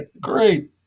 Great